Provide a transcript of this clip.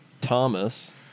Thomas